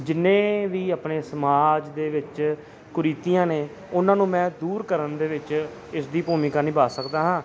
ਜਿੰਨੇ ਵੀ ਆਪਣੇ ਸਮਾਜ ਦੇ ਵਿੱਚ ਕੁਰੀਤੀਆਂ ਨੇ ਉਹਨਾਂ ਨੂੰ ਮੈਂ ਦੂਰ ਕਰਨ ਦੇ ਵਿੱਚ ਇਸ ਦੀ ਭੂਮਿਕਾ ਨਿਭਾ ਸਕਦਾ ਹਾਂ